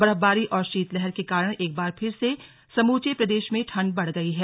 बर्फबारी और शीतलहर के कारण एक बार फिर से समूचे प्रदेश में ठंड बढ़ गई है